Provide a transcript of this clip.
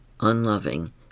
unloving